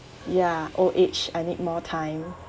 ya old age I need more time